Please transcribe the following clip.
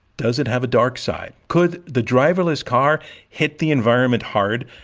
does it have a dark side? could the driverless car hit the environment hard,